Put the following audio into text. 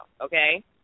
Okay